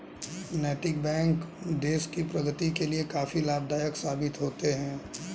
नैतिक बैंक देश की प्रगति के लिए काफी लाभदायक साबित होते हैं